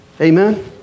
Amen